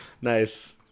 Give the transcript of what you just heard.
Nice